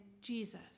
Jesus